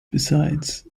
besides